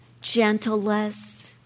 gentlest